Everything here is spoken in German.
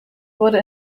wurde